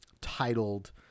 titled